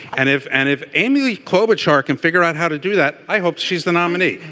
and if and if amy klobuchar can figure out how to do that i hope she's the nominee.